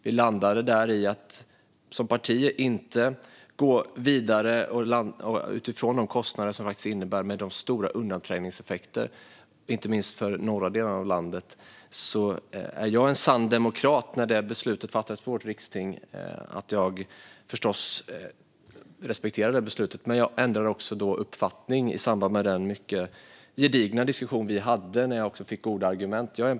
Vi landade där i att som parti inte gå vidare utifrån de kostnader och de stora undanträngningseffekter, inte minst för de norra delarna av landet, som det innebär. Jag är en sann demokrat, och när beslutet fattades på vårt riksting respekterade jag förstås det. Men jag ändrade också uppfattning i samband med den mycket gedigna diskussion vi då hade, när jag även fick goda argument.